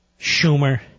Schumer